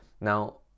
Now